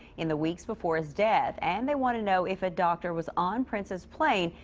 in the weeks before his death. and they want to know if a doctor was on prince's plane.